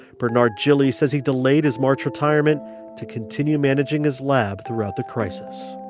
bernard jilly says he delayed his march retirement to continue managing his lab throughout the crisis